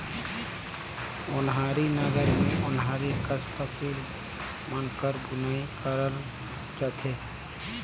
ओन्हारी नांगर मे ओन्हारी कस फसिल मन कर बुनई करल जाथे